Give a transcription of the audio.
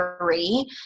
three